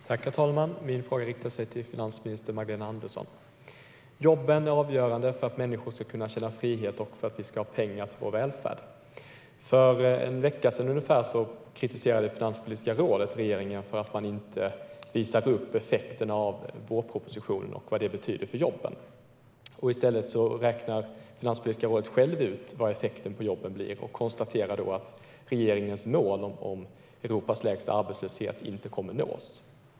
Herr talman! Min fråga riktar sig till finansminister Magdalena Andersson. Jobben är avgörande för att människor ska känna frihet och för att få pengar till vår välfärd. För en vecka sedan kritiserade Finanspolitiska rådet regeringen för att man inte visar vad effekterna av vårpropositionen betyder för jobben. I stället räknade Finanspolitiska rådet självt ut vad effekterna för jobben blir och konstaterade att regeringens mål om Europas lägsta arbetslöshet inte kommer att nås.